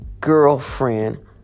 girlfriend